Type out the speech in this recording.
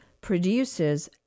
produces